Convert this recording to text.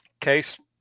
Case